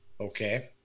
Okay